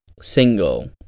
single